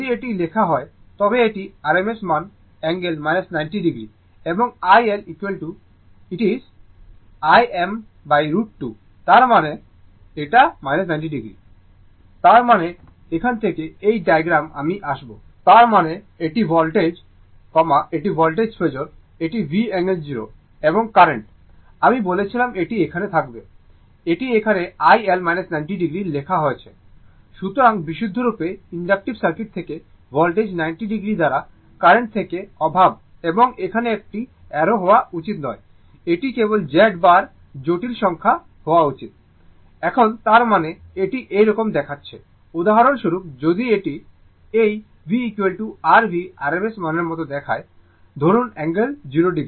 যদি এটি লেখা হয় তবে এটি rms মান অ্যাঙ্গেল 90o এবং iL Im√ 2 তার মানে এটা 90o